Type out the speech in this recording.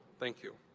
thank you.